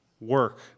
work